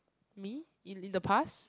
me in the past